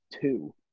two